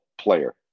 player